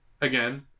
Again